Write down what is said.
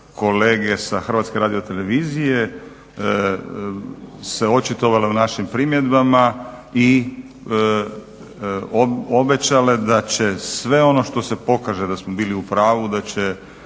kolege s HRZ-a se očitovala u našim primjedbama i obećale da će sve ono što se pokaže da smo bile u pravu, da će